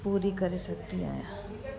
पूरी करे सघंदी आहियां